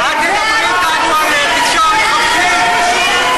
תקשורת חופשית,